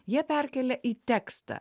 jie perkelia į tekstą